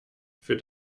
für